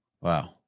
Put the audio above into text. Wow